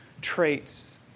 traits